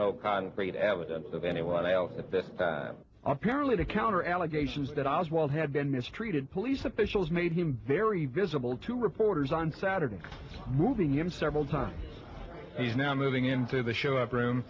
no concrete evidence of anyone else at that time apparently to counter allegations that oswald had been mistreated police officials made him very visible to reporters on saturday moving him several times he's now moving into the show up room